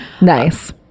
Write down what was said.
nice